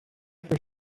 for